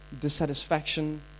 dissatisfaction